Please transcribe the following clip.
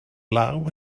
law